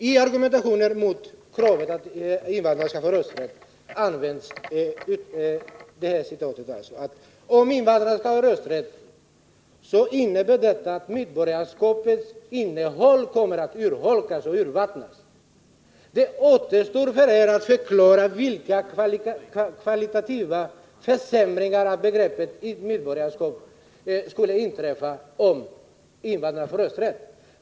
I argumentationen mot kravet på att invandrarna får rösträtt betonas att om invandrarna skall ha rösträtt innebär detta att medborgarskapets innehåll kommer att urholkas. Det återstår för er att förklara vilka kvalitativa försämringar av medborgarskapet som skulle inträffa om invandrarna får rösträtt.